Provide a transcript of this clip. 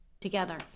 together